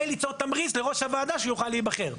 ליצור תמריץ לראש הוועדה שהוא יוכל להיבחר.